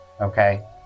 okay